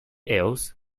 else